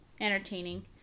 entertaining